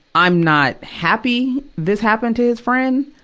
i'm not happy this happened to his friend,